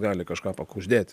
gali kažką pakuždėti